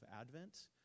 Advent